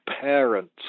parents